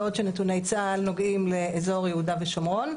בעוד שנתוני צה"ל נוגעים לאזור יהודה ושומרון.